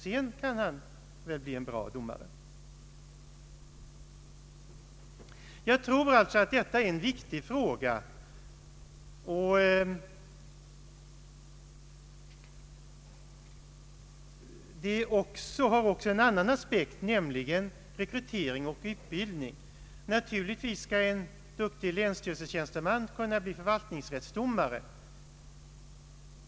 Sedan kan han bli en bra domare. Jag anser alltså att detta är en viktig fråga. Problemet har också en annan aspekt, nämligen rekrytering och utbildning. Naturligtvis skall en duktig länsstyrelsetjänsteman kunna bli förvaltningsrättsdomare.